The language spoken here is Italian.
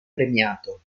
premiato